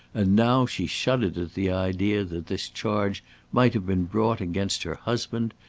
and now she shuddered at the idea that this charge might have been brought against her husband,